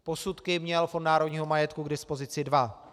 Posudky měl Fond národního majetku k dispozici dva.